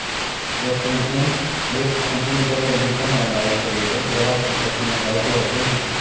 crustacean एक centimetre से भी कम लंबाई से लेकर तेरह फीट तक की लंबाई के होते हैं